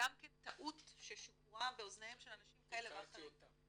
גם כן טעות ששגורה באזניהם של אנשים כאלה ואחרים --- אני ביקרתי אותם.